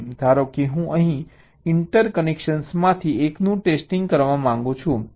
ધારો કે હું અહીં ઇન્ટરકનેક્શન્સમાંથી એકનું ટેસ્ટિંગ કરવા માંગુ છું